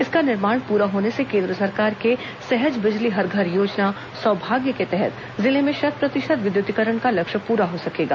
इसका निर्माण पूरा होने से केंद्र सरकार के सहज बिजली हर घर योजना सौभाग्य के तहत जिले में शत प्रतिशत विद्युतीकरण का लक्ष्य पूरा हो सकेगा